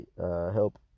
help